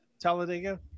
Talladega